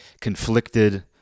conflicted